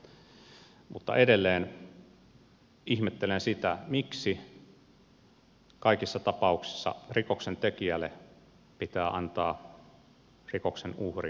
mutta edelleen ihmettelen sitä miksi kaikissa tapauksissa rikoksentekijälle pitää antaa rikoksen uhrin nimi